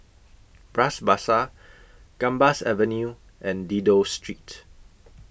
Bras Basah Gambas Avenue and Dido Street